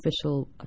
official